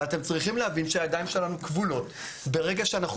אבל אתם צריכים להבין שהידיים שלנו כבולות ברגע שאנחנו